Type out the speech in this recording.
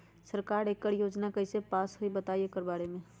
सरकार एकड़ योजना कईसे पास होई बताई एकर बारे मे?